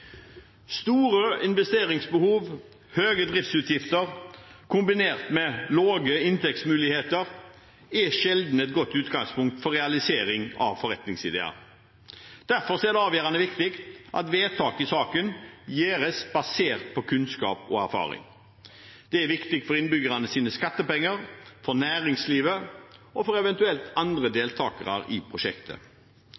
Store investeringsbehov og høye driftsutgifter kombinert med lave inntektsmuligheter er sjelden et godt utgangspunkt for å realisere forretningsideer. Derfor er det avgjørende viktig at vedtak i saken baseres på kunnskap og erfaring. Det er viktig for innbyggernes skattepenger, næringslivet og eventuelle andre